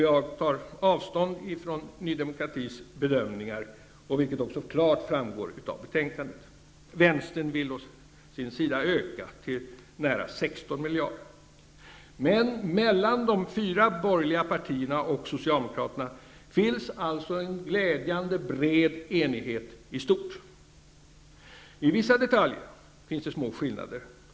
Jag tar avstånd från Ny demokratis bedömningar, vilket också framgår klart av betänkandet. Vänstern vill å sin sida öka till nära 16 Men mellan de fyra borgerliga partierna och Socialdemokraterna finns alltså en glädjande bred enighet i stort. I vissa detaljer finns det små skillnader.